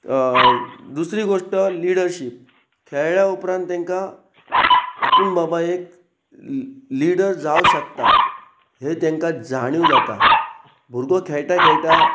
दुसरी गोश्ट लिडरशीप खेळ्ळा उपरांत तांकां आपूण बाबा एक लिडर जावं शकता हे तांकां जाणीव जाता भुरगो खेळटा खेळटा